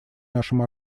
нашим